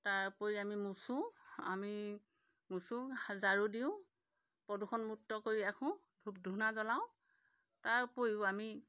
তাৰ উপৰি আমি মোচোঁ আমি মোচোঁ ঝাৰু দিওঁ প্ৰদূষণমুক্ত কৰি ৰাখোঁ ধূপ ধূনা জ্বলাওঁ তাৰ উপৰিও আমি